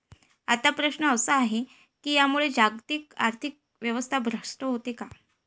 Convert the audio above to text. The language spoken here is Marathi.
आता प्रश्न असा आहे की यामुळे जागतिक आर्थिक व्यवस्था भ्रष्ट होते का?